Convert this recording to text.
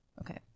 Okay